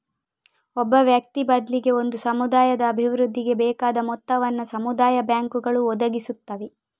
ಒಬ್ಬ ವ್ಯಕ್ತಿ ಬದ್ಲಿಗೆ ಒಂದು ಸಮುದಾಯದ ಅಭಿವೃದ್ಧಿಗೆ ಬೇಕಾದ ಮೊತ್ತವನ್ನ ಸಮುದಾಯ ಬ್ಯಾಂಕುಗಳು ಒದಗಿಸುತ್ತವೆ